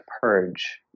Purge